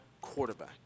quarterback